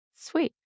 Sweet